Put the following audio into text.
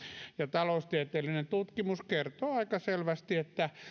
taloustieteellinen tutkimus kertoo aika selvästi että